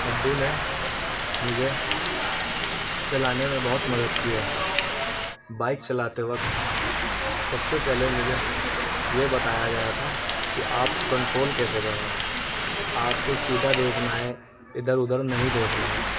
ابو نے مجھے چلانے میں بہت مدد کی ہے بائک چلاتے وقت سب سے پہلے مجھے یہ بتایا گیا تھا کہ آپ کو کنٹرول کیسے کرنا ہے آپ کو سیدھا دیکھنا ہے ادھر ادھر نہیں دیکھنا ہے